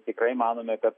tikrai manome kad